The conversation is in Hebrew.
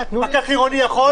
פקח עירוני יכול.